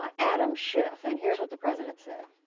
um adam schiff. and here's what the president said